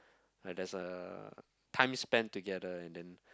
like there's uh time spent together and then